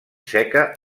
seca